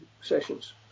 sessions